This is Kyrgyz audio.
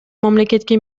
мамлекетке